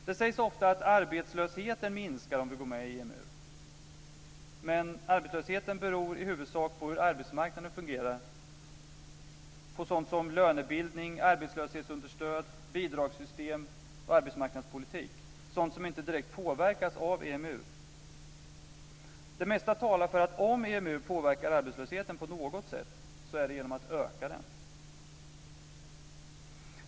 Det sägs ofta att arbetslösheten minskar om vi går med i EMU, men arbetslösheten beror i huvudsak på hur arbetsmarknaden fungerar vad gäller sådant som lönebildning, arbetslöshetsunderstöd, bidragssystem och arbetsmarknadspolitik, dvs. sådant som inte direkt påverkas av EMU. Det mesta talar för att om EMU påverkar arbetslösheten på något sätt så är det genom att öka den.